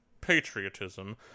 patriotism